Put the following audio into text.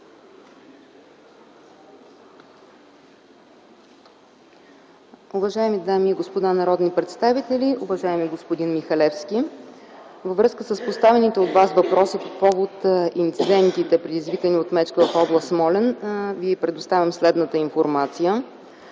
Във връзка с поставените от Вас въпроси по повод инцидентите, предизвикани от мечки в област Смолян Ви предоставям следната информация.